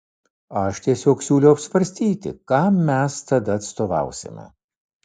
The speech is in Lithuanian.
aš tiesiog siūlau apsvarstyti kam mes tada atstovausime